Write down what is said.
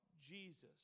Jesus